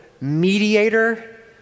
mediator